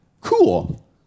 cool